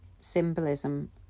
symbolism